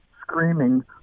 screaming